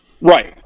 Right